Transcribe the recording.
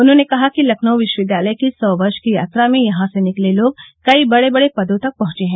उन्होंने कहा कि लखनऊ विश्वविद्यालय की सौ वर्ष की यात्रा में यहां से निकले लोग कई बड़े बड़े पदों तक पहुंचे है